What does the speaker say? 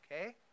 okay